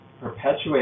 perpetuate